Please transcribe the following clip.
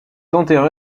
enterré